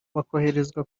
bakoherezwa